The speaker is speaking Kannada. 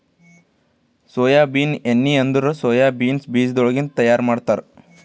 ಸೋಯಾಬೀನ್ ಎಣ್ಣಿ ಅಂದುರ್ ಸೋಯಾ ಬೀನ್ಸ್ ಬೀಜಗೊಳಿಂದ್ ತೈಯಾರ್ ಮಾಡ್ತಾರ